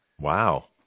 Wow